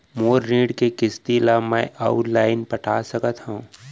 मोर ऋण के किसती ला का मैं अऊ लाइन पटा सकत हव?